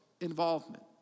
involvement